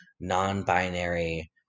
non-binary